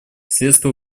средство